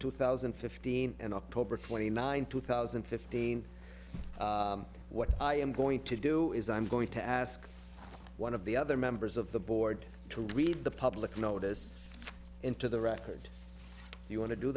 two thousand and fifteen and october twenty ninth two thousand and fifteen what i am going to do is i'm going to ask one of the other members of the board to read the public notice into the record you want to do